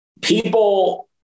people